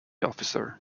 officer